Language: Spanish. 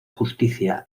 justicia